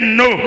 no